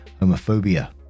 homophobia